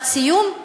משפט סיום.